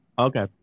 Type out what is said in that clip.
Okay